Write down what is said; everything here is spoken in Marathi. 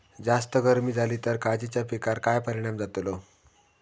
जास्त गर्मी जाली तर काजीच्या पीकार काय परिणाम जतालो?